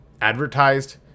advertised